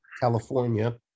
California